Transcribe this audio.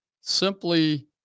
simply